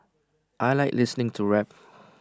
I Like listening to rap